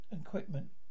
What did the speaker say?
equipment